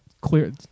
clear